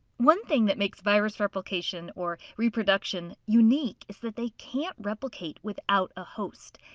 one thing that makes virus replication, or reproduction, unique is that they can't replicate without a host.